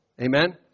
Amen